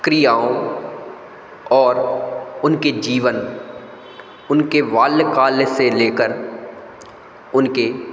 क्रियाओं और उनके जीवन उनके वाल्य काल से लेकर उनके